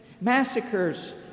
massacres